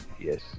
Yes